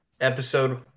episode